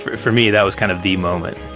for me, that was kind of the moment,